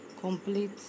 complete